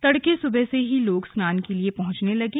तड़के सुबह से ही लोग स्नान के लिए पहंचने लगे